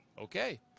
Okay